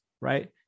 Right